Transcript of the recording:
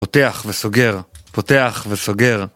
פותח וסוגר, פותח וסוגר